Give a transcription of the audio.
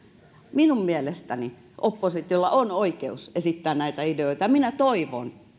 minun mielestäni oppositiolla on oikeus esittää näitä ideoita ja minä toivon